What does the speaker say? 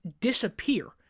disappear